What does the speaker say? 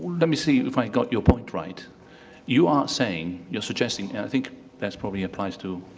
let me see if i got your point right you aren't saying, you're suggesting and i think that probably applies to